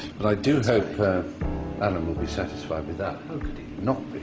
but i do hope alan will be satisfied with that. how could he not be?